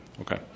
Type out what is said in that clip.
Okay